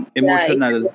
emotional